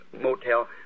motel